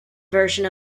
version